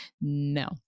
no